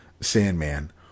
Sandman